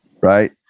right